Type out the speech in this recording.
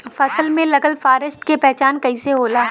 फसल में लगल फारेस्ट के पहचान कइसे होला?